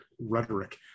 rhetoric